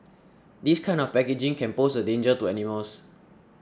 this kind of packaging can pose a danger to animals